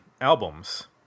albums